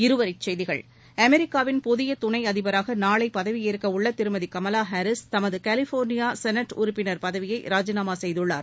இருவரி செய்திகள் அமெிக்காவின் புதிய துணை அதிபராக நாளை பதவியேற்க உள்ள திருமதி கமலா ஹாரீஸ் தமது கலிபோ்னியா செனட் உறுப்பினர் பதவியை ராஜினாமா செய்துள்ளார்